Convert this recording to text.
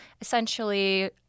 essentially